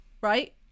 right